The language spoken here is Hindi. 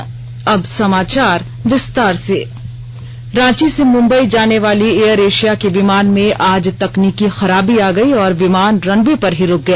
अब समाचार विस्तार से रांची से मुंबई जाने वाली एयर एशिया के विमान में आज तकनीकी खराबी आ गयी और विमान रनवे पर ही रूक गया